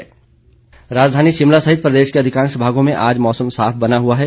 मौसम राजधानी शिमला सहित प्रदेश के अधिकांश भागों में आज मौसम साफ बना हुआ है